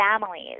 families